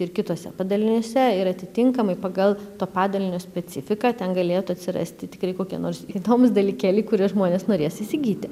ir kituose padaliniuose ir atitinkamai pagal to padalinio specifiką ten galėtų atsirasti tikrai kokie nors įdomūs dalykėliai kuriuos žmonės norės įsigyti